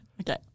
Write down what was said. Okay